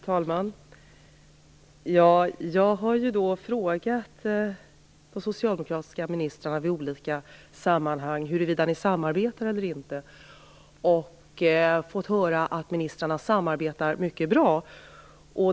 Fru talman! Jag har i olika sammanhang frågat de socialdemokratiska ministrarna huruvida de samarbetar eller inte. Jag har fått höra att ministrarna samarbetar mycket bra.